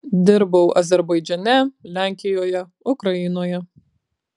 dirbau azerbaidžane lenkijoje ukrainoje